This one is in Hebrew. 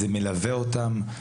זה מלווה אותם,